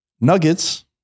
Nuggets